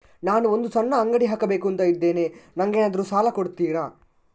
ನಾನು ಒಂದು ಸಣ್ಣ ಅಂಗಡಿ ಹಾಕಬೇಕುಂತ ಇದ್ದೇನೆ ನಂಗೇನಾದ್ರು ಸಾಲ ಕೊಡ್ತೀರಾ?